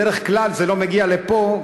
בדרך כלל זה לא מגיע לפה,